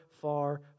far